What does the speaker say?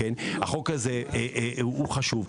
החוק הזה הוא חשוב.